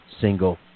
single